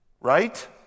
Right